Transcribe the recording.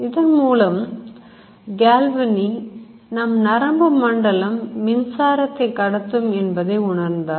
இதன் மூலம் Galvani நம் நரம்பு மண்டலம் மின்சாரத்தை கடத்தும் என்பதை உணர்ந்தார்